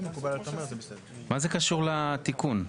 מה זה קשור לתיקון?